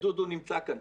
ודודו נמצא כאן,